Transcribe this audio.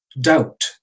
doubt